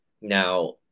Now